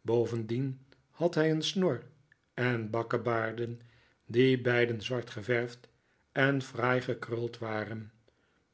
bovendien had hij een snor en bakkebaarden die beide zwartgeverfd en fraai gekruld waren